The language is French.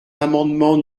l’amendement